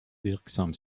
wirksam